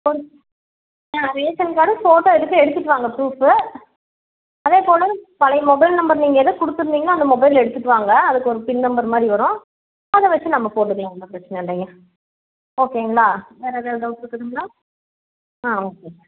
ஒரு ஆ ration card photo எதுக்கும் எடுத்துட்டு வாங்க ப்ரூஃபு அதே போல் பழைய மொபைல் நம்பர் நீங்கள் எதுவும் கொடுத்துருந்தீங்கனா அந்த மொபைலை எடுத்துகிட்டு வாங்க அதுக்கு ஒரு பின் நம்பர் மாதிரி வரும் அதை வச்சு நம்ம போட்டுக்கலாம் ஒன்றும் பிரச்சனை இல்லைங்க ஓகேங்களா வேறு ஏதாவது டவுட் இருக்குங்களா ஆ ஓகேங்க